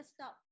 stop